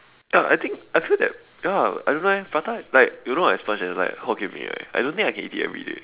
ya I think I feel that ya I don't know eh prata like you know as much as like hokkien-mee right I don't think I can eat it everyday